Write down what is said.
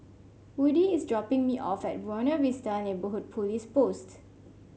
Woodie is dropping me off at Buona Vista Neighbourhood Police Post